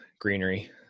greenery